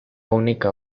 única